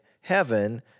heaven